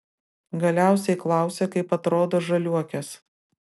galiausiai klausia kaip atrodo žaliuokės